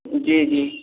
जी जी